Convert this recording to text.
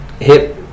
hip